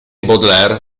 baudelaire